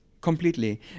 Completely